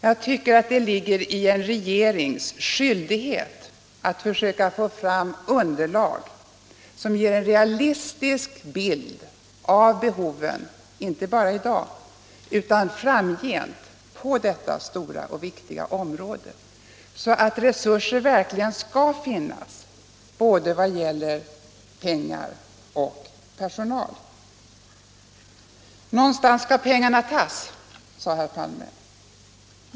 Jag tycker att det ligger i en regerings skyldigheter att försöka få fram underlag som ger en realistisk bild av behoven inte bara i dag utan framgent på detta stora och viktiga område, så att resurser verkligen skall finnas i form av både pengar och personal. Någonstans skall pengarna tas, sade herr Palme.